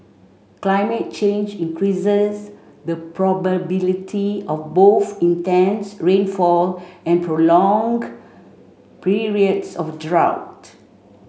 climate change increases the probability of both intense rainfall and prolonged periods of drought